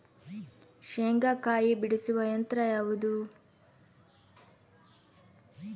ಶೇಂಗಾಕಾಯಿ ಬಿಡಿಸುವ ಯಂತ್ರ ಯಾವುದು?